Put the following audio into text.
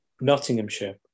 Nottinghamshire